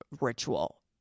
ritual